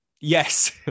Yes